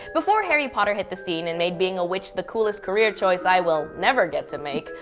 before harry potter hit the scene and made being a witch the coolest career choice i will never get to make,